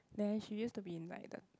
then she used to be in like the